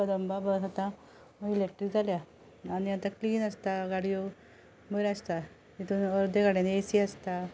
Kadamba bus आतां electric जाल्या आनी आतां क्लीन आसता गाडयो बऱ्यो आसता तितून अर्द्यो गाडयांनी ए सी आसता